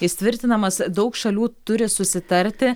jis tvirtinamas daug šalių turi susitarti